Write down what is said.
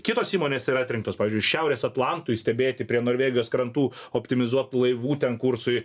kitos įmonės yra atrinktos pavyzdžiui šiaurės atlantui stebėti prie norvegijos krantų optimizuot laivų ten kursui